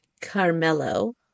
Carmelo